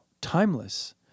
timeless